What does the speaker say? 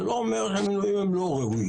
זה לא אומר שהמינויים הם לא ראויים.